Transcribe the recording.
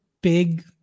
big